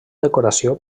decoració